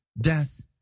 Death